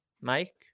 Mike